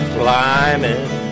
climbing